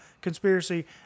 conspiracy